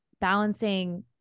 balancing